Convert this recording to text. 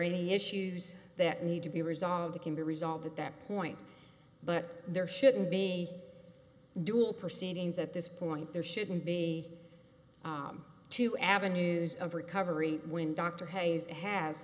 any issues that need to be resolved it can be resolved at that point but there shouldn't be dual proceedings at this point there shouldn't be two avenues of recovery when dr hayes has